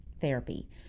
therapy